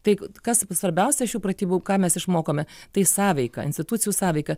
tai kas svarbiausia iš šių pratybų ką mes išmokome tai sąveika institucijų sąveika